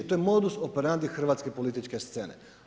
To je modus operandi hrvatske političke scene.